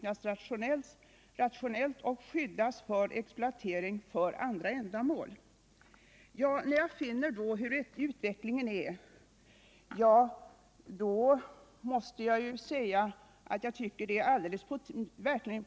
Vid en uppvaktning fick också Sydvästra Skånes kommunalförbunds styrelse den uppfattningen att vi var på väg att bli överens i dessa frågor.